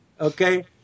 Okay